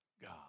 God